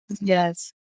Yes